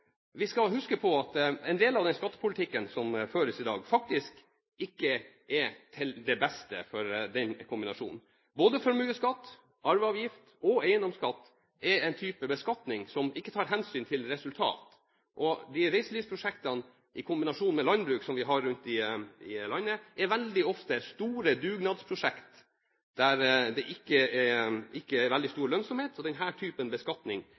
Da skal vi huske på at en del av den skattepolitikken som føres i dag, faktisk ikke er til beste for den kombinasjonen. Både formuesskatt, arveavgift og eiendomsskatt er en type beskatning som ikke tar hensyn til resultat. De reiselivsprosjektene i kombinasjon med landbruk som vi har i landet, er veldig ofte store dugnadsprosjekt der det ikke er veldig stor lønnsomhet, så denne type beskatning er direkte skadelig for den